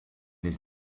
his